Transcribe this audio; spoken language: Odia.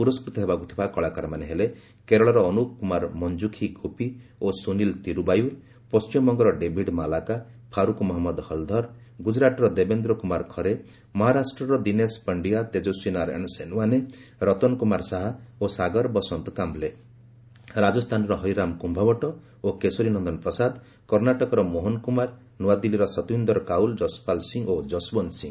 ପୁରସ୍କୃତ ହେବାକୁ ଥିବା କଳାକାରମାନେ ହେଲେ କେରଳର ଅନୁପ କୁମାର ମଂକୁଖିଗୋପୀ ଓ ସୁନୀଲ ତିରୁବାୟୁର ପଶ୍ଚିମବଙ୍ଗର ଡେଭିଡ୍ ମାଲାକା ଫାରୁକ୍ ମହମ୍ମଦ ହଲ୍ଧର ଗୁଜରାଟର ଦେବେନ୍ଦ୍ର କୁମାର ଖରେ ମହାରାଷ୍ଟ୍ରର ଦୀନେଶ ପାଣ୍ଡିଆ ତେଜସ୍ୱୀ ନାରାୟଣ ସେନାୱାନେ ରତନ କୁମାର ଶାହା ଓ ସାଗର ବସନ୍ତ କାୟଲେ ରାଜସ୍ଥାନର ହରିରାମ କୁୟବଟ ଓ କେଶରୀ ନନ୍ଦନ ପ୍ରସାଦ କର୍ଣ୍ଣାଟକର ମୋହନ କୁମାର ନୂଆଦିଲ୍ଲୀର ସତୱିନ୍ଦର କୌର ଯଶପାଲ ସିଂ ଓ ଯଶଓନ୍ତ ସିଂ